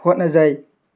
ꯍꯣꯠꯅꯖꯩ